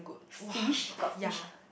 fish got fish ah